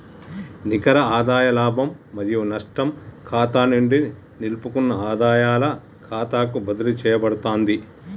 నికర ఆదాయ లాభం మరియు నష్టం ఖాతా నుండి నిలుపుకున్న ఆదాయాల ఖాతాకు బదిలీ చేయబడతాంది